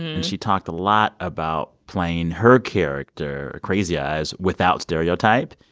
and she talked a lot about playing her character crazy eyes without stereotype.